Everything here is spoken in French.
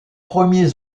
premiers